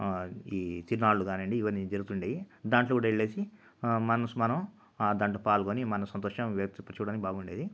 ఈ తిరునాళ్ళు కానియ్యండి ఇవన్నీ జరుగుతుండేవి దాంట్లో కూడా వెళ్ళేసి మనసు మనం దాంట్లో కూడా పాల్గొని మన సంతోషం వ్యక్తపరచడానికి బాగుండేది